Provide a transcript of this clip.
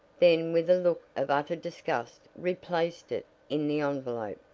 then with a look of utter disgust replaced it in the envelope,